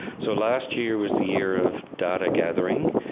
so last year was the year of data gathering.